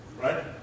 right